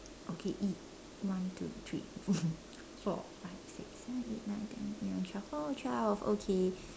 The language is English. okay it one two three four four five six seven eight nine ten eleven twelve oh twelve okay